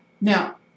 Now